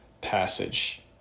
passage